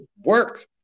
work